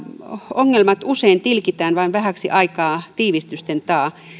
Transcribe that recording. ongelmat usein tilkitään vain vähäksi aikaa tiivistysten taa